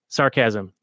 sarcasm